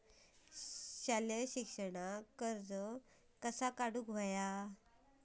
शालेय शिक्षणाक कर्ज कसा काढूचा?